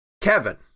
Kevin